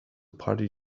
party